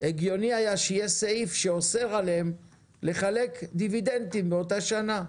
הגיוני שיהיה סעיף שאוסר עליהם לחלק דיבידנדים באותה שנה.